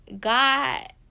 God